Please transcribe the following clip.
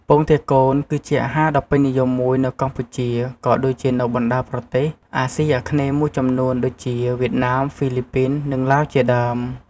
ពងទាកូន គឺជាអាហារដ៏ពេញនិយមមួយនៅកម្ពុជា ក៏ដូចជានៅបណ្ដាប្រទេសអាស៊ីអាគ្នេយ៍មួយចំនួនដូចជា វៀតណាម ហ្វីលីពីន និងឡាវជាដើម។